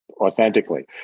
authentically